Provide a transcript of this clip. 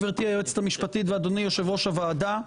גברתי היועצת המשפטית ואדוני יושב-ראש הוועדה,